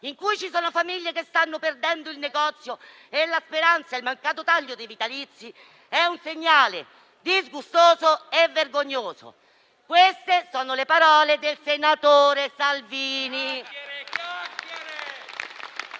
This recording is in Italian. in cui ci sono famiglie che stanno perdendo il negozio e la speranza; il mancato taglio dei vitalizi è un segnale disgustoso e vergognoso. Queste sono le parole del senatore Salvini